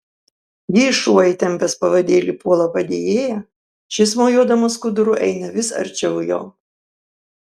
jei šuo įtempęs pavadėlį puola padėjėją šis mojuodamas skuduru eina vis arčiau jo